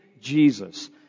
Jesus